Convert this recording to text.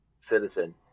citizen